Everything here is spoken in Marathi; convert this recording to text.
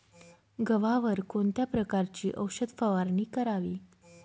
गव्हावर कोणत्या प्रकारची औषध फवारणी करावी?